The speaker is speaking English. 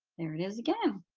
there it is again.